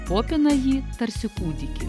popina jį tarsi kūdikį